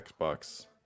xbox